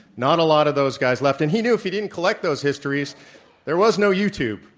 not a lot of those guys left and he knew if he didn't collect those histories there was no youtube,